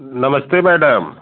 नमस्ते मैडम